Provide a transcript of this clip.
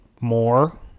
more